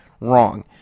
Wrong